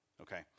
Okay